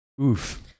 Oof